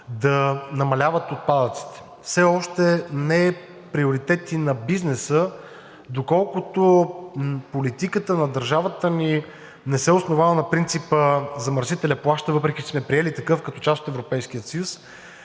да намаляват отпадъците. Все още не е приоритет и на бизнеса, доколкото политиката в държавата ни не се основава на принципа „замърсителят плаща“, въпреки че сме приели такъв като част от Европейския